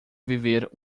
viver